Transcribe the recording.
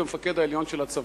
כמפקד העליון של הצבא.